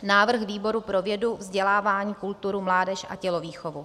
Návrh výboru pro vědu, vzdělávání, kulturu, mládež a tělovýchovu: